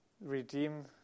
redeem